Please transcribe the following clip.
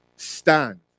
stand